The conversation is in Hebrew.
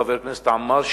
חבר הכנסת עמאר,